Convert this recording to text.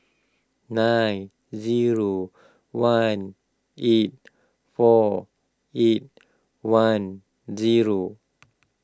nine zero one eight four eight one zero